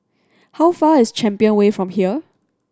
how far is Champion Way from here